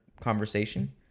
conversation